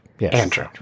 Andrew